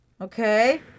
Okay